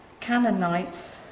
Canaanites